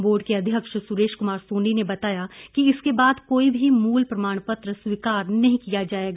board के अध्यक्ष सुरेश कुमार सोनी ने बताया कि इसके बाद कोई भी मूल प्रमाण पत्र स्वीकार नहीं किया जाएगा